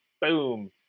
boom